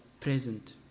present